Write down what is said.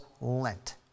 Lent